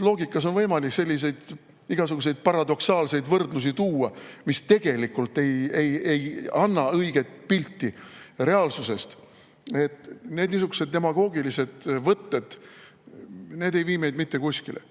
Loogikas on võimalik tuua igasuguseid paradoksaalseid võrdlusi, mis tegelikult ei anna õiget pilti reaalsusest. Niisugused demagoogilised võtted ei vii meid mitte kuskile.